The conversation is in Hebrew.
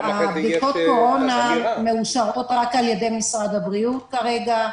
בדיקות הקורונה מאושרות רק על-ידי משרד הבריאות כרגע.